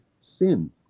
sin